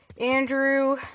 Andrew